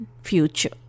future